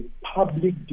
public